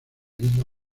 isla